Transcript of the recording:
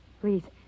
Please